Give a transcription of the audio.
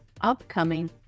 upcoming